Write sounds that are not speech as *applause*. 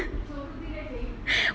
*laughs*